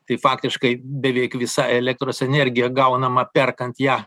tai faktiškai beveik visa elektros energija gaunama perkant ją